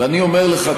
ואני אומר לך,